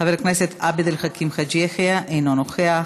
חבר הכנסת עבד אל חכים חאג' יחיא, אינו נוכח,